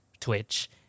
Twitch